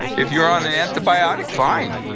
if you're on an antibiotic, fine.